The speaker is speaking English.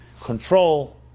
control